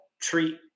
treat